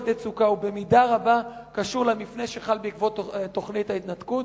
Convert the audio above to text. יצוקה" במידה רבה קשור למפנה שחל בעקבות תוכנית ההתנתקות.